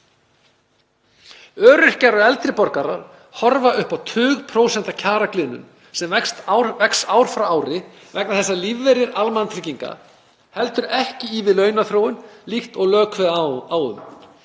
Öryrkjar og eldri borgarar horfa upp á tugprósenta kjaragliðnun sem vex ár frá ári vegna þess að lífeyrir almannatrygginga heldur ekki í við launaþróun líkt og lög kveða á um.